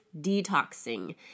detoxing